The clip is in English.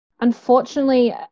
Unfortunately